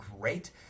great